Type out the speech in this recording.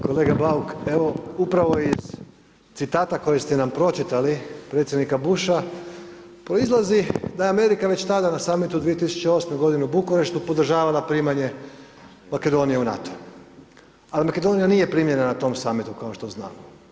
Kolega Bauk, evo, upravo iz citata koje ste nam pročitali predsjednika Busha proizlazi da je Amerika već tada na summitu 2008. g. u Bukureštu podržavala primanje Makedonije u NATO, a Makedonija nije primljena na tom summitu kao što znamo.